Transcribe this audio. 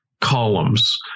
columns